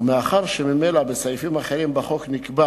ומאחר שממילא בסעיפים אחרים בחוק נקבע